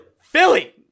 Philly